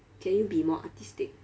can you be more artistic